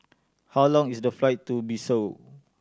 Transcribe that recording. how long is the flight to Bissau